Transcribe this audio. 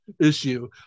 issue